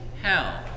hell